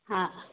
हॅं